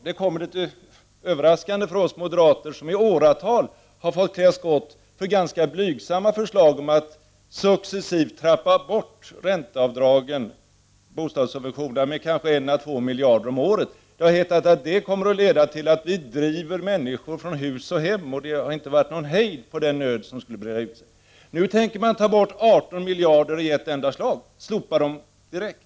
Det kommer litet överraskande för oss moderater, som i åratal har fått klä skott för ganska blygsamma förslag om att successivt trappa ned bostadssubventionerna med kanske 1 å 2 miljarder kronor om året. I det sammanhanget har det hetat att det skulle leda till att vi driver människor från hus och hem. Det har inte varit någon hejd på den nöd som skulle breda ut sig. Nu tänker regeringen minska bostadssubventionerna med 18 miljarder i ett enda slag — slopa dem direkt.